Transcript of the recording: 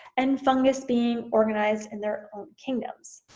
and fungus being organized in their own kingdoms.